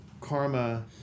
karma